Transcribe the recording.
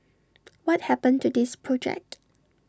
what happened to this project